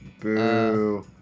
Boo